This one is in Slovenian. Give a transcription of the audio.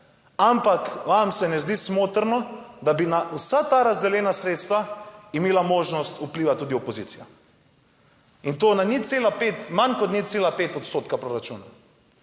ampak vam se ne zdi smotrno, da bi na vsa ta razdeljena sredstva imela možnost vpliva tudi opozicija? In to na 0,5 manj kot 0,5 odstotka proračuna.